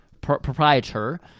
proprietor